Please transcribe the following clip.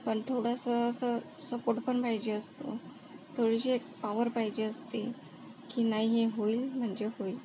पण थोडंसं असं सपोर्ट पण पाहिजे असतो थोडीशी एक पावर पाहिजे असते की नाही हे होईल म्हणजे होईल